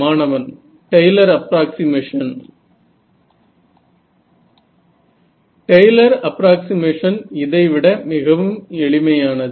மாணவன் Taylor approximation Taylor approximation இதைவிட மிகவும் எளிமையானது